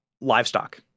livestock